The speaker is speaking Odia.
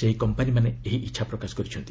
ସେହି କମ୍ପାନୀମାନେ ଏହି ଇଚ୍ଛା ପ୍ରକାଶ କରିଛନ୍ତି